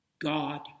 God